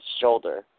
shoulder